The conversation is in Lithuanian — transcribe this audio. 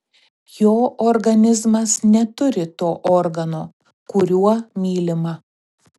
jo organizmas neturi to organo kuriuo mylima